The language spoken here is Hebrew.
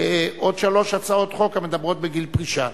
עוד שלוש הצעות חוק המדברות בגיל פרישה.